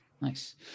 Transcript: Nice